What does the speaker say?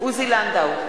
עוזי לנדאו,